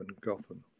Gotham